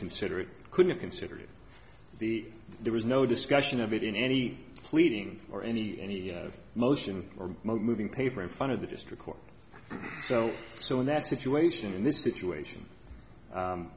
consider it could have considered the there was no discussion of it in any pleading or any any motion or moving paper in front of the district court so so in that situation in this situation